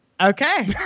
Okay